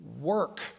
work